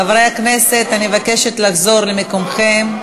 חברי הכנסת, אני מבקשת לחזור למקומכם.